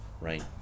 right